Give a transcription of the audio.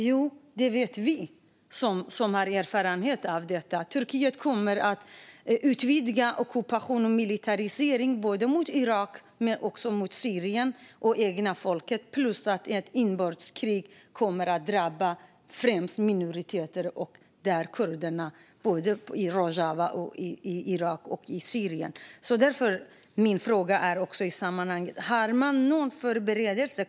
Jo, det vet vi som har erfarenhet av detta. Turkiet kommer att utvidga ockupation och militarisering gentemot Irak men också gentemot Syrien och det egna folket plus att ett inbördeskrig kommer att drabba främst minoriteter, kurderna i Rojava, i Irak och i Syrien. Därför är min fråga i sammanhanget: Har man någon förberedelse?